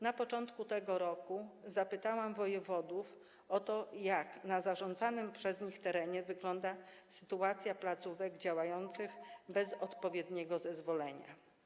Na początku tego roku zapytałam wojewodów o to, jak na zarządzanym przez nich terenie wygląda sytuacja placówek działających bez odpowiedniego zezwolenia.